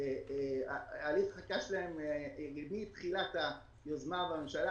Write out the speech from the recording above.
שהליך החקיקה שלהן מתחילת היוזמה בממשלה